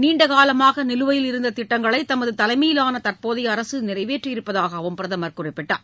நீண்டகாலமாகநிலுவையில் இருந்ததிட்டங்களைதமதுதலைமையிலானதற்போதையஅரசுநிறைவேற்றியிருப்பதாவும் பிரதமர் குறிப்பிட்டார்